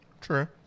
True